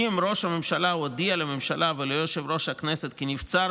"אם ראש הממשלה הודיע לממשלה וליושב-ראש הכנסת כי נבצר